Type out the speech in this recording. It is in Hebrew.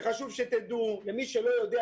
וחשוב שתדעו מי שלא יודע,